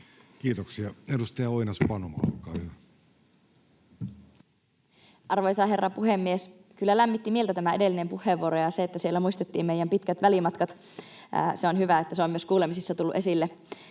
muuttamisesta Time: 15:43 Content: Arvoisa herra puhemies! Kyllä lämmitti mieltä tämä edellinen puheenvuoro ja se, että siellä muistettiin meidän pitkät välimatkat. Se on hyvä, että se on myös kuulemisissa tullut esille.